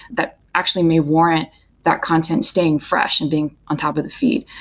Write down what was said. that actually may warrant that content staying fresh and being on top of the feed.